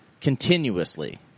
continuously